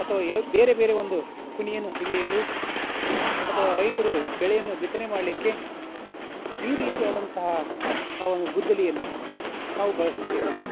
ಅಥವಾ ಯ ಬೇರೆ ಬೇರೆ ಒಂದು ಕುಣಿಯನ್ನು ಅಗಿಯಲು ಅಥ್ವಾ ರೈತರು ಬೆಳೆಯನ್ನು ಬಿತ್ತನೆ ಮಾಡಲಿಕ್ಕೆ ಈ ರೀತಿಯಾದಂತಹ ಆ ಒಂದು ಗುದ್ದಲಿಯನ್ನು ನಾವು ಬಳಸುತ್ತೇವೆ